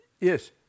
Yes